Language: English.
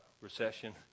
recession